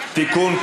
(תיקון,